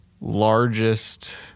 largest